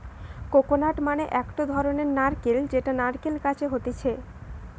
coconut মানে একটো ধরণের নারকেল যেটা নারকেল গাছে হতিছে